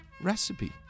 recipe